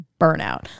burnout